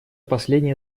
последние